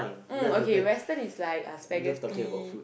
mm okay western is like uh spaghetti